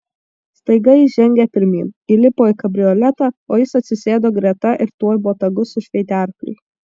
staiga ji žengė pirmyn įlipo į kabrioletą o jis atsisėdo greta ir tuoj botagu sušveitė arkliui